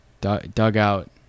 Dugout